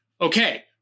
Okay